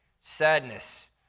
sadness